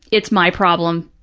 it's my problem.